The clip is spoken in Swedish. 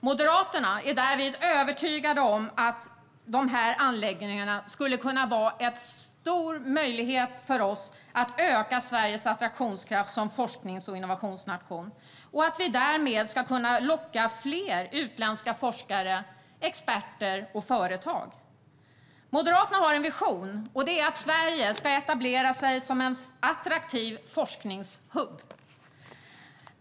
Moderaterna är därvid övertygade om att dessa anläggningar skulle kunna vara en stor möjlighet för oss att öka Sveriges attraktionskraft som forsknings och innovationsnation och att vi därmed ska kunna locka fler utländska forskare, experter och företag. Moderaterna har en vision, och den är att Sverige ska etablera sig som en attraktiv forskningshubb.